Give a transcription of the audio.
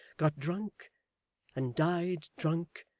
got drunk and died drunk,